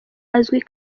azwi